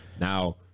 Now